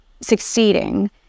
succeeding